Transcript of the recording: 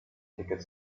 ticket